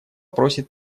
просит